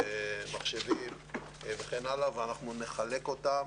מחשבים וכן הלאה ואנחנו נחלק אותם